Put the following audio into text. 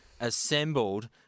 assembled